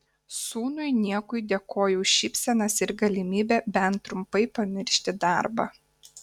sūnui niekui dėkoju už šypsenas ir galimybę bent trumpai pamiršti darbą